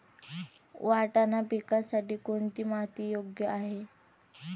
वाटाणा पिकासाठी कोणती माती योग्य आहे?